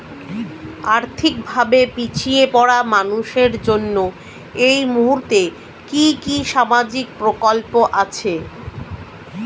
আর্থিক ভাবে পিছিয়ে পড়া মানুষের জন্য এই মুহূর্তে কি কি সামাজিক প্রকল্প আছে?